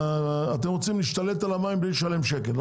אתם רוצים להשתלט על המים בלי לשלם שקל.